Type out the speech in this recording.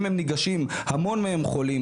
אם הם ניגשים, המון מהם חולים.